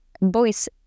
voice